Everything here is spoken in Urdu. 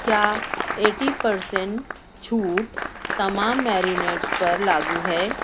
کیا ایٹی پر سینٹ چھوٹ تمام میرینیڈس پر لاگو ہے